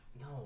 no